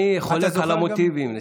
אני חולק על המוטיבים.